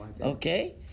okay